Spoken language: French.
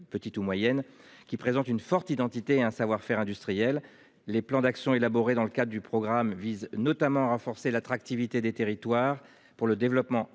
petites ou moyennes qui présente une forte identité un savoir-faire industriel les plans d'action élaboré dans le cadre du programme vise notamment à renforcer l'attractivité des territoires pour le développement